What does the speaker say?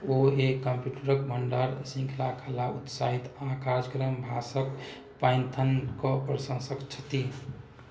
ओ एक कम्प्यूटरक भण्डार श्रृङ्खला उत्साही आओर कार्यक्रम भाषाक पाइथनक प्रशंसक छथि